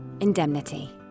Indemnity